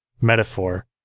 metaphor